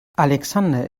alexander